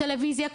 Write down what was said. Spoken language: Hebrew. טלוויזיה,